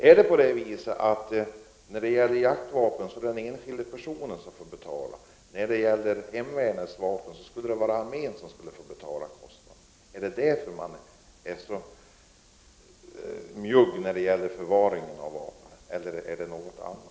Är det det faktum att det i fråga om jaktvapen är den enskilde som får betala medan det i stället är armén som står för kostnaderna vad gäller hemvärnet som gör att man är så njugg när det gäller förvaring av vapen? Eller är det något annat?